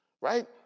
right